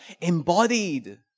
embodied